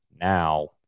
now